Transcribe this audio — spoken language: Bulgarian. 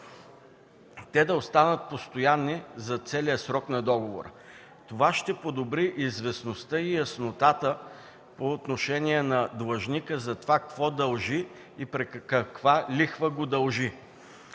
те да останат постоянни за целия срок на договора. Това ще подобри известността и яснотата за длъжника какво дължи и при каква лихва го дължи.